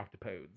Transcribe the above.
octopodes